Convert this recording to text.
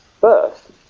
First